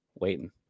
waiting